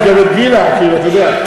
יש גם את גילה, אתה יודע.